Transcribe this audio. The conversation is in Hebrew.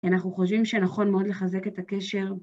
אנחנו חושבים שנכון מאוד לחזק את הקשר.